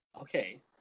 okay